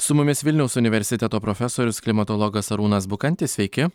su mumis vilniaus universiteto profesorius klimatologas arūnas bukantis sveiki